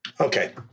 Okay